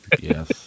Yes